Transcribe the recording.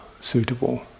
suitable